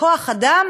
כוח-אדם